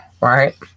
right